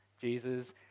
Jesus